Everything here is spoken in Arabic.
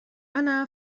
أنا